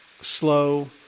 slow